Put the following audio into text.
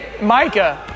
Micah